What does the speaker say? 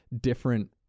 different